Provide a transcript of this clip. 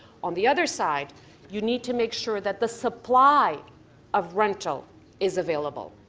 on the other side you need to make sure that the supply of rental is available.